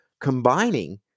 combining